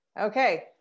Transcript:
Okay